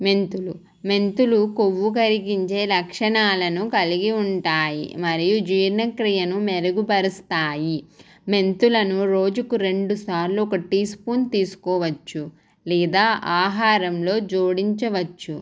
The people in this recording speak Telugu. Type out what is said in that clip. మెంతులు మెంతులు కొవ్వు కరిగించే లక్షణాలను కలిగి ఉంటాయి మరియు జీర్ణక్రియను మెరుగుపరుస్తాయి మెంతులను రోజుకు రెండుసార్లు ఒక టీ స్పూన్ తీసుకోవచ్చు లేదా ఆహారంలో జోడించవచ్చు